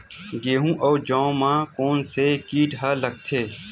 गेहूं अउ जौ मा कोन से कीट हा लगथे?